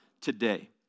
today